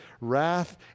wrath